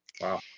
Wow